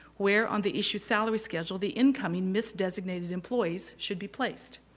where on the issu salary schedule, the incoming misdesignated employees should be placed.